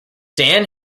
dan